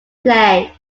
play